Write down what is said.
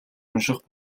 унших